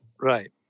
Right